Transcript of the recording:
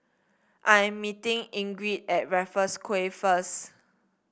I am meeting Ingrid at Raffles Quay first